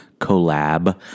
collab